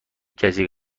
کسی